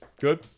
Good